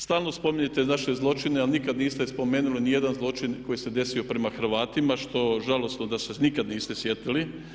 Stalno spominjete naše zločine, a nikad niste spomenuli nijedan zločin koji se desio prema Hrvatima, što žalosno da se nikad niste sjetili.